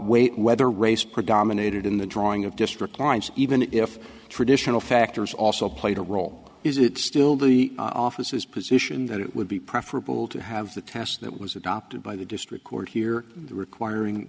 weight whether race predominated in the drawing of district lines even if traditional factors also played a role is it still the offices position that it would be preferable to have the task that was adopted by the district court here requiring